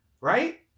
Right